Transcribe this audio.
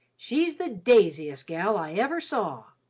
she's the daisiest gal i ever saw!